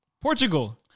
Portugal